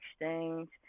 exchange